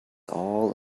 all